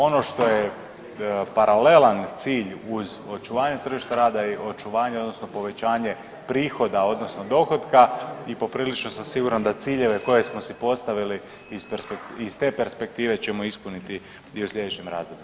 Ono što je paralelan cilj uz očuvanje tržišta rada i očuvanje, odnosno povećanje prihoda, odnosno dohotka i poprilično sam siguran da ciljeve koje smo si postavili iz te perspektive ćemo ispuniti i u sljedećem razdoblju.